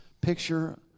picture